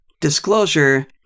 disclosure